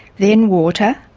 then water,